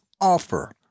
offer